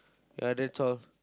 ya that's all